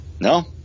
No